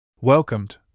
Welcomed